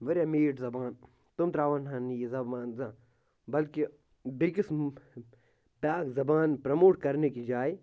واریاہ میٖٹھ زبان تِم ترٛاو ہَن نہٕ یہِ زبان زانٛہہ بٔلکہِ بیٚیِس بیٛاکھ زبان پرٛموٹ کَرنہٕ کہِ جایہِ